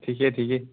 ঠিকে ঠিকে